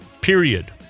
Period